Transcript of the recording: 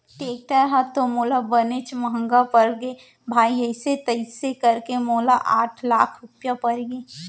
tractor ह तो मोला बनेच महँगा परगे भाई अइसे तइसे करके मोला आठ लाख रूपया परगे